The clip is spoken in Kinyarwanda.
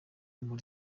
muri